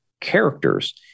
characters